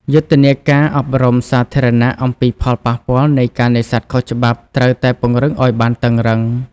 យុទ្ធនាការ អប់រំសាធារណៈ អំពីផលប៉ះពាល់នៃការនេសាទខុសច្បាប់ត្រូវតែពង្រឹងឱ្យបានតឹងរុឹង។